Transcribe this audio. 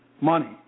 money